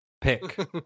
pick